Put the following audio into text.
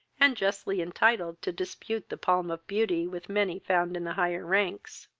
and justly entitled to dispute the palm of beauty with many found in the higher ranks.